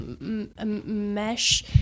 mesh